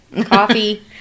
Coffee